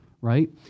right